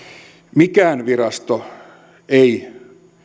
mikään virasto ei